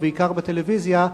ובעיקר בטלוויזיה.